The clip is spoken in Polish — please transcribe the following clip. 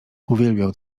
uwielbiał